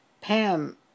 Pam